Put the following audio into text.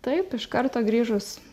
taip iš karto grįžus